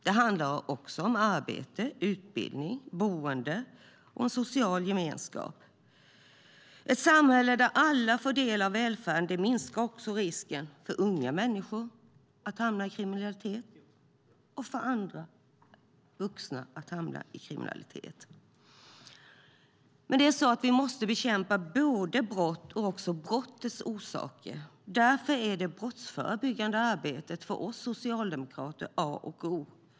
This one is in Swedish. Det handlar också om arbete, utbildning, boende och social gemenskap. Ett samhälle där alla får del av välfärden minskar också risken för unga människor och även vuxna att hamna i kriminalitet. Vi måste bekämpa både brotten och brottens orsaker. Därför är det brottsförebyggande arbetet för oss socialdemokrater A och O.